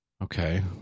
Okay